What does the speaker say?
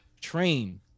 train